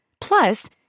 Plus